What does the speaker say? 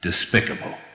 despicable